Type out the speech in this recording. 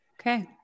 Okay